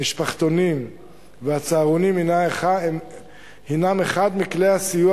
המשפחתונים והצהרונים הם אחד מכלי הסיוע